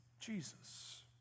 Jesus